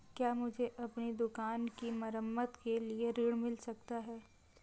क्या मुझे अपनी दुकान की मरम्मत के लिए ऋण मिल सकता है?